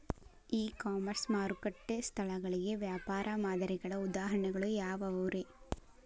E commerce ಮಾರುಕಟ್ಟೆ ಸ್ಥಳಗಳಿಗೆ ವ್ಯಾಪಾರ ಮಾದರಿಗಳ ಉದಾಹರಣೆಗಳು ಯಾವವುರೇ?